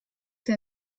der